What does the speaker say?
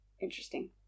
interesting